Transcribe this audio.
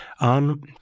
on